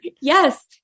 Yes